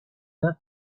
the